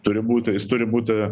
turi būti jis turi būti